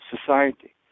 society